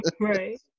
Right